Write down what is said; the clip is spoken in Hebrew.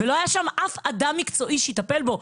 ולא היה שם אף אדם מקצועי שיטפל בו,